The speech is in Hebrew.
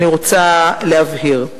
אני רוצה להבהיר.